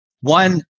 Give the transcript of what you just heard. one